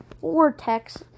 vortex